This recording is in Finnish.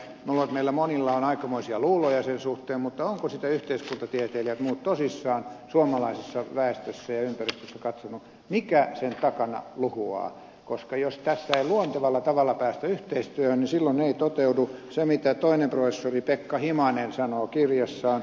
luulen että meillä monilla on aikamoisia luuloja sen suhteen mutta ovatko sitä yhteiskuntatieteilijät ja muut tosissaan suomalaisessa väestössä ja ympäristössä katsoneet mikä sen takana luhuaa koska jos tässä ei luontevalla tavalla päästä yhteistyöhön silloin ei toteudu se mitä toinen professori pekka himanen sanoo kirjassaan